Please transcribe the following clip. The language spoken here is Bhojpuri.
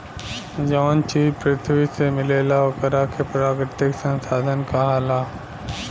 जवन चीज पृथ्वी से मिलेला ओकरा के प्राकृतिक संसाधन कहाला